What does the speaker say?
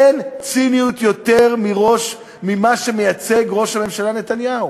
אין ציניות יותר ממה שמייצג ראש הממשלה נתניהו.